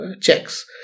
checks